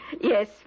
Yes